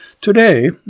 Today